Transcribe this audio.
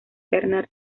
bernard